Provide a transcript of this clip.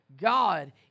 God